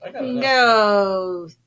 no